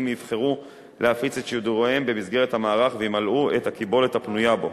יבחרו להפיץ את שידוריהם במסגרת המערך וימלאו את הקיבולת הפנויה בו.